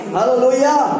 Hallelujah